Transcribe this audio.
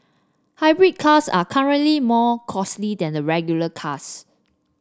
hybrid cars are currently more costly than the regular cars